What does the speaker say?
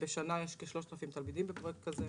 בשנה יש כ-3,000 תלמידים בפרויקט כזה.